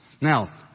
Now